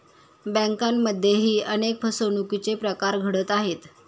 बँकांमध्येही अनेक फसवणुकीचे प्रकार घडत आहेत